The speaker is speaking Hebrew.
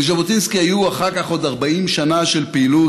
לז'בוטינסקי היו אחר כך עוד 40 שנה של פעילות,